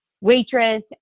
waitress